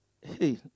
hey